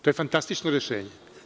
To je fantastično rešenje.